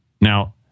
Now